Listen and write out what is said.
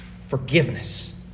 forgiveness